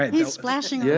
and he's splashing yeah